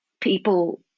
people